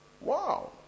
Wow